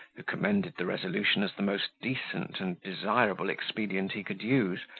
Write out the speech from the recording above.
who commended the resolution as the most decent and desirable expedient he could use,